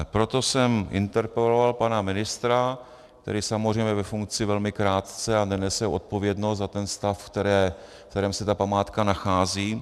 Proto jsem interpeloval pana ministra, který je samozřejmě ve funkci velmi krátce a nenese odpovědnost za ten stav, ve kterém se památka nachází.